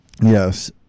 Yes